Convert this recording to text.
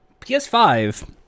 ps5